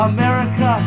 America